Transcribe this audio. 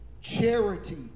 Charity